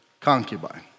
concubine